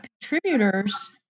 contributors